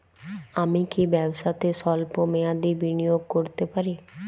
আমি কি ব্যবসাতে স্বল্প মেয়াদি বিনিয়োগ করতে পারি?